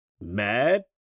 mad